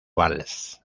valls